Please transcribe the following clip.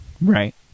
Right